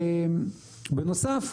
בנוסף,